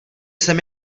jsem